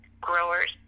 growers